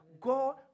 God